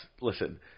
listen